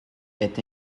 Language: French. est